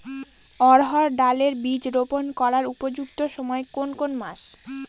অড়হড় ডাল এর বীজ রোপন করার উপযুক্ত সময় কোন কোন মাস?